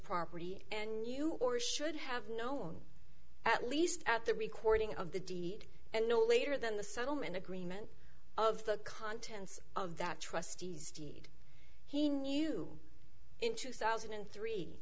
property and you or should have known at least at the recording of the deed and no later than the settlement agreement of the contents of that trustees deed he knew in two thousand and three